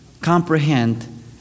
comprehend